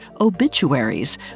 Obituaries